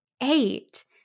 eight